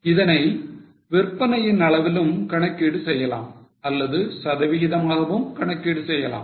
இதனை விற்பனையின் அளவிலும் கணக்கீடு செய்யலாம் அல்லது சதவீதமாகவும் கணக்கீடு செய்யலாம்